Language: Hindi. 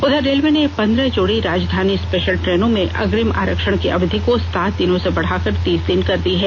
उधर रेलवे ने पंद्रह जोड़ी राजधानी स्पेशल ट्रेनों में अग्रिम आरक्षण की अवधि को सात दिनों से बढ़ाकर तीस दिन कर दी है